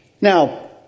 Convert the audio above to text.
Now